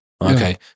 Okay